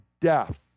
death